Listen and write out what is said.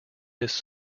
his